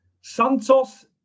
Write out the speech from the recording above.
Santos